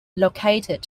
located